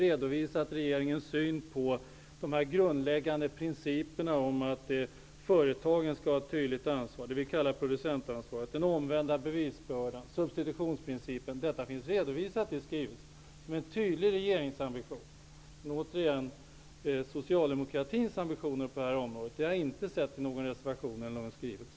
Man redovisar regeringens syn på de grundläggande principerna om att företagen skall ha ett tydligt ansvar -- det vi kallar producentansvaret --, den omvända bevisbördan och substitutionsprincipen. Detta finns redovisat i skrivelsen som en tydlig regeringsambition. Däremot har jag inte sett socialdemokratins ambitioner på det här området redovisade i någon reservation eller skrivelse.